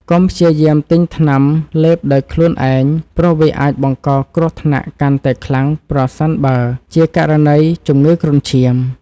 កុំព្យាយាមទិញថ្នាំលេបដោយខ្លួនឯងព្រោះវាអាចបង្កគ្រោះថ្នាក់កាន់តែខ្លាំងប្រសិនបើជាករណីជំងឺគ្រុនឈាម។